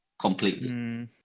completely